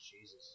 Jesus